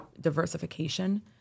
diversification